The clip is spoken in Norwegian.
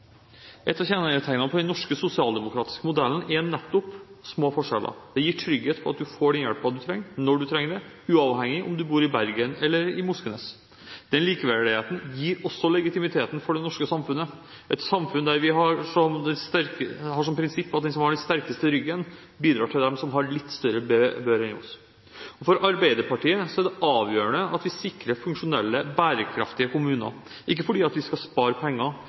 den norske sosialdemokratiske modellen er nettopp små forskjeller. Det gir trygghet for at du får den hjelpen du trenger, når du trenger den, uavhengig av om du bor i Bergen eller i Moskenes. Den likeverdigheten gir også legitimiteten for det norske samfunnet, et samfunn der vi har som prinsipp at de som har den sterkeste ryggen, bidrar til dem som har litt større bør enn oss. For Arbeiderpartiet er det avgjørende at vi sikrer funksjonelle, bærekraftige kommuner – ikke fordi vi skal spare penger,